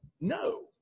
no